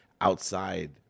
outside